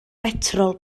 betrol